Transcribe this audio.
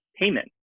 payment